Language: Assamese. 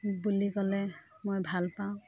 বুলি ক'লে মই ভালপাওঁ